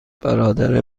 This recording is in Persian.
برادر